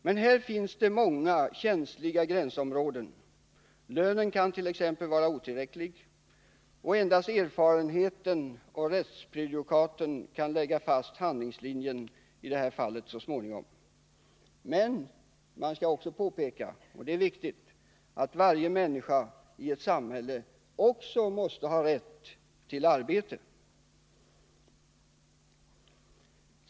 Men här finns det många känsliga gränsområden. Lönen kan t.ex. vara otillräcklig. Endast erfarenheten och rättsprejudikaten kan lägga fast handlingslinjen här så småningom. Det skall emellertid också påpekas — det är viktigt — att varje människa i ett samhälle måste ha rätt till arbete.